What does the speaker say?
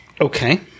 Okay